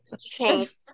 change